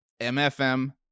MFM